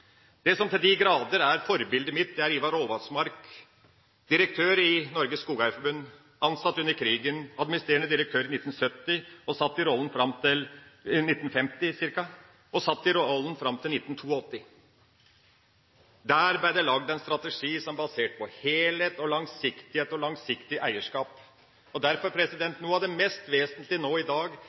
som til de grader er forbildet mitt, er Ivar Aavatsmark, direktør i Norges Skogeierforbund. Han ble ansatt under krigen, ble administrerende direktør i 1949 og satt i rollen fram til 1982. Der ble det lagt en strategi som var basert på helhet, langsiktighet og langsiktig eierskap. Derfor er det noe av det mest vesentlige nå i dag